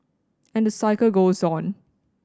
and the cycle goes on